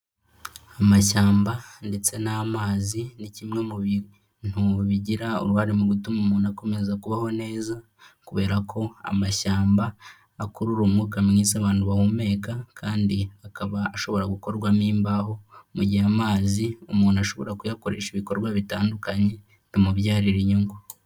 Amashyamba ndetse n'amazi ni kimwe mu bintu bigira uruhare mu gutuma umuntu akomeza kubaho neza kubera ko amashyamba akurura umwuka mwiza abantu bahumeka kandi akaba ashobora gukorwamo imbaho, mu gihe amazi umuntu ashobora kuyakoresha ibikorwa bitandukanye, bimubyarira inyungu.